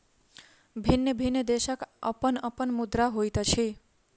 भिन्न भिन्न देशक अपन अपन मुद्रा होइत अछि